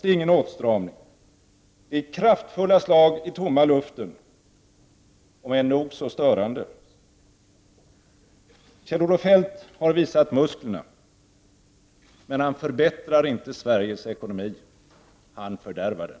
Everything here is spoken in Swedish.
Det är ingen åtstramning. Det är kraftfulla slag i tomma luften, om än nog så störande. Kjell-Olof Feldt har visat musklerna, men han förbättrar inte Sveriges ekonomi. Han fördärvar den.